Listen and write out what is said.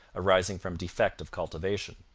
arising from defect of cultivation.